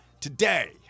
today